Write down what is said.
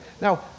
Now